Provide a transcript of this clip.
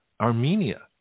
Armenia